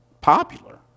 popular